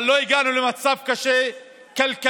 אבל לא הגענו למצב קשה כלכלית